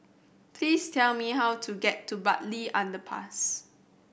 please tell me how to get to Bartley Underpass